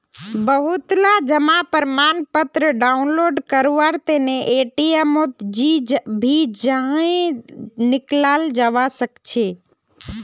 बहुतला जमा प्रमाणपत्र डाउनलोड करवार तने एटीएमत भी जयं निकलाल जवा सकछे